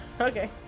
Okay